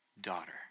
Daughter